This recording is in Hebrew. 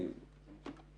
(הצגת מצגת)